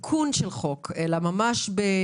בחוק חדש ממש,